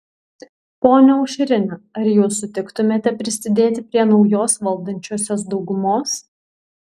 ponia aušrine ar jūs sutiktumėte prisidėti prie naujos valdančiosios daugumos